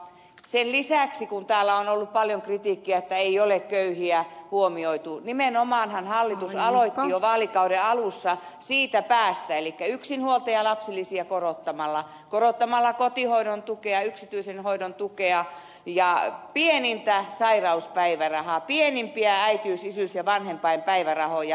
sen lisäksi kun täällä on ollut paljon kritiikkiä että ei ole köyhiä huomioitu nimenomaanhan hallitus aloitti jo vaalikauden alussa siitä päästä elikkä yksinhuoltajalapsilisiä korottamalla korottamalla kotihoidon tukea yksityisen hoidon tukea ja pienintä sairauspäivärahaa pienimpiä äitiys isyys ja vanhempainpäivärahoja